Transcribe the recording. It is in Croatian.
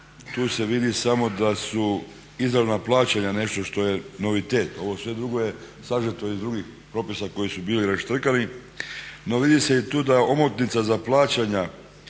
tu se vidi samo da su izravna plaćanja nešto što je novitet. Ovo sve drugo je sažeto iz drugih propisa koji su bili raštrkani. No vidi se i tu da omotnica za plaćanja